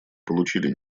получили